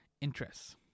interests